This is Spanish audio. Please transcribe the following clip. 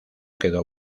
quedó